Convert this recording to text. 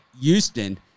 Houston